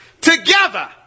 together